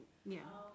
ya